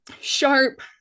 sharp